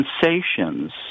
sensations